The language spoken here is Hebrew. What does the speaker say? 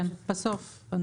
כן, בסוף.